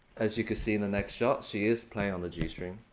as you can see in the next shot, she is playing on the g string.